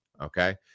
okay